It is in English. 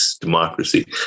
democracy